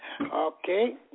Okay